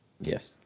Yes